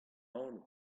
anv